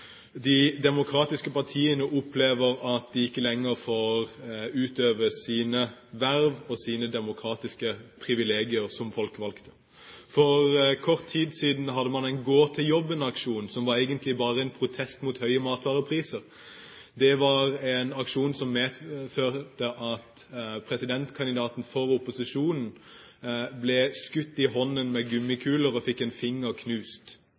de demokratiske partiene opplever at de ikke lenger får utøve sine verv og sine demokratiske privilegier som folkevalgte. For kort tid siden hadde man en gå-til-jobben-aksjon, som egentlig bare var en protest mot høye matvarepriser. Det var en aksjon som medførte at presidentkandidaten for opposisjonen ble skutt i hånden med gummikuler og fikk en finger knust.